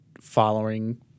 following